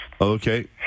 okay